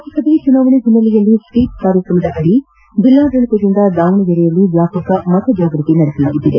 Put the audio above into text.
ಲೋಕಸಭಾ ಚುನಾವಣೆ ಹಿನ್ನೆಲೆಯಲ್ಲಿ ಸ್ವೀಪ್ ಕಾರ್ಯಕ್ರಮದದಿ ಜಿಲ್ಲಾಡಳಿತದಿಂದ ದಾವಣಗೆರೆಯಲ್ಲಿ ವ್ಯಾಪಕ ಮತಜಾಗೃತಿ ನಡೆಸಲಾಗುತ್ತಿದೆ